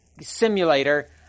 simulator